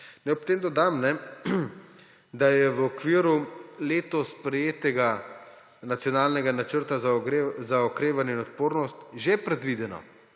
ob tem dodam, da je v okviru letos sprejetega nacionalnega Načrta za okrevanje in odpornost že predvideno,